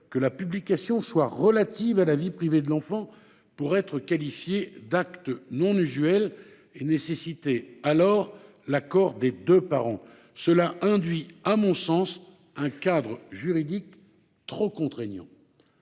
que la publication soit relative à la vie privée de l'enfant pour être qualifiée d'acte non usuel et nécessiter alors l'accord des deux parents. Cela induit, à mon sens, un cadre juridique trop contraignant.